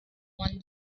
when